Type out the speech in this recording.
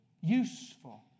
useful